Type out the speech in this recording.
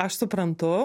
aš suprantu